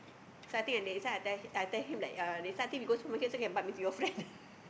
so I think the next time I tell I tell him like uh next time I think we go supermarket also can bump into your friend